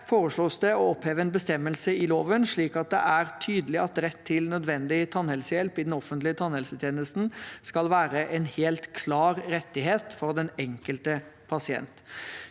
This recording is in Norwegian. foreslås det å oppheve en bestemmelse i loven, slik at det er tydelig at rett til nødvendig tannhelsehjelp i den offentlige tannhelsetjenesten skal være en helt klar rettighet for den enkelte pasient.